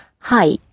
hi